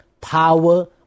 Power